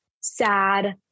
sad